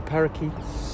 Parakeets